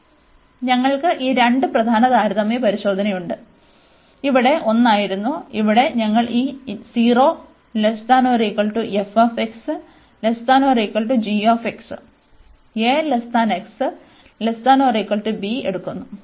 അതിനാൽ ഞങ്ങൾക്ക് ഈ രണ്ട് പ്രധാന താരതമ്യ പരിശോധനയുണ്ട് അതിനാൽ ഇവിടെ ഒന്നായിരുന്നു ഇവിടെ ഞങ്ങൾ ഈ എടുക്കുന്നു